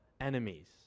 enemies